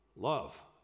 Love